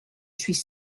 suis